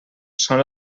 són